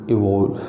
Evolve